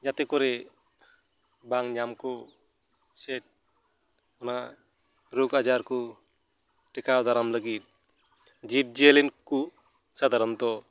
ᱡᱟᱛᱮ ᱠᱚᱨᱮ ᱵᱟᱝ ᱧᱟᱢ ᱠᱚ ᱥᱮ ᱚᱱᱟ ᱨᱳᱜ ᱟᱡᱟᱨ ᱠᱚ ᱴᱮᱠᱟᱣ ᱫᱟᱨᱟᱢ ᱞᱟᱹᱜᱤᱫ ᱡᱤᱵᱽ ᱡᱤᱭᱟᱹᱞᱤ ᱠᱚ ᱥᱟᱫᱷᱟᱨᱚᱱᱚᱛᱚ